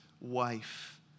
wife